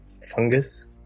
fungus